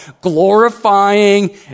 glorifying